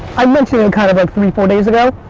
i mentioned and kind of it three, four days ago.